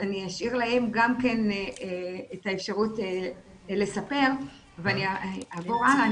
אני אשאיר להם גם כן את האפשרות לספר ואני אעבור הלאה.